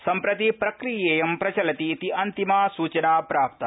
सम्प्रति प्रक्रियेयं प्रचलति इति अन्तिमा सूचना प्राप्ता